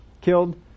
killed